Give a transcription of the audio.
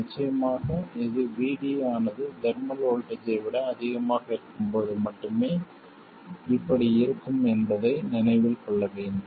நிச்சயமாக இது VD ஆனது தெர்மல் வோல்ட்டேஜ் ஐ விட அதிகமாக இருக்கும்போது மட்டுமே இப்படி இருக்கும் என்பதை நினைவில் கொள்ள வேண்டும்